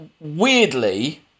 Weirdly